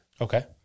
Okay